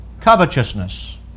covetousness